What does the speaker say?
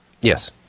Yes